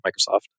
Microsoft